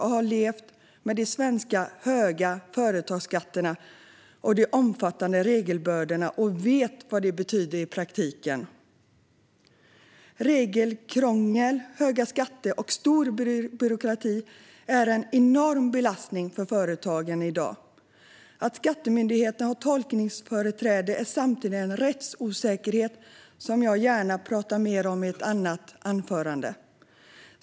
Jag har levt med de höga svenska företagsskatterna och de omfattande regelbördorna och vet vad de betyder i praktiken. Regelkrångel, höga skatter och stor byråkrati är en enorm belastning för företagen i dag. Att skattemyndigheten har tolkningsföreträde är samtidigt en rättsosäkerhet som jag gärna pratar mer om i ett annat anförande.